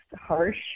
harsh